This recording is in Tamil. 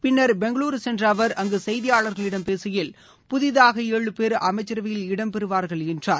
பின்னர் பெங்களுரு சென்ற அவர் அங்கு செய்தியாளரிடம் பேசுகையில் புதிதாக ஏழு பேர் அமைச்சரவையில் இடம் பெறுவார்கள் என்றார்